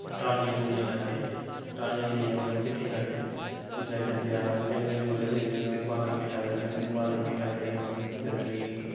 ट्रलियां टरुलियां लैंदे ऐं ट्रालियां लेईयै मतलव किट्ठे करदे फिर अस जंदे ऐ बाल्लन किट्ठा करनें होनें आं बाल्लन किट्ठा करियै मतलव